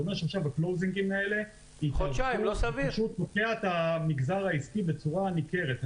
זה אומר שהסגירות האלה תוקעות את המגזר העסקי בצורה ניכרת.